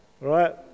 Right